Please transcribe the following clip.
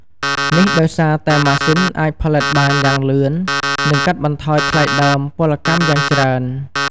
នេះដោយសារតែម៉ាស៊ីនអាចផលិតបានយ៉ាងលឿន និងកាត់បន្ថយថ្លៃដើមពលកម្មយ៉ាងច្រើន។